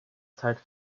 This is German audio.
zeit